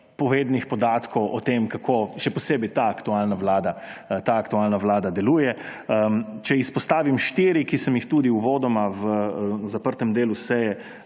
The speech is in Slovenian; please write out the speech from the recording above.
povednih podatkov o tem, kako še posebej ta aktualna vlada deluje. Če izpostavim štiri, ki sem jih predstavil tudi uvodoma v zaprtem delu seje